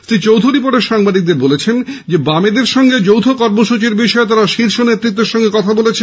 শ্রী চৌধুরী পরে সাংবাদিকদের বলেন বামেদের সঙ্গে যৌথ কর্মসৃচীর বিষয়ে তারা শীর্ষ নেতৃত্বের সঙ্গে কথা বলেছেন